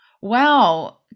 Wow